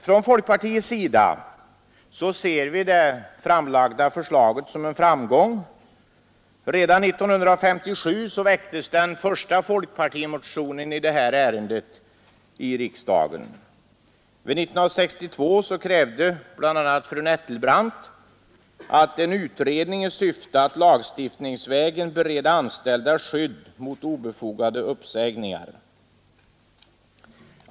Från folkpartiets sida ser vi det framlagda förslaget som en framgång. Redan 1957 väcktes den första folkpartimotionen i detta ärende i riksdagen, och 1962 krävde bl.a. fru Nettelbrandt en utredning i syfte att lagstiftningsvägen bereda anställda skydd mot obefogade uppsägningar.